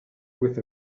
with